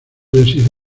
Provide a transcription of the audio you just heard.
deshizo